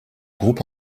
groupe